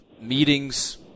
meetings